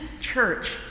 Church